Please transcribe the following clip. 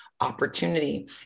opportunity